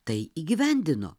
tai įgyvendino